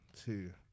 Two